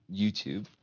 YouTube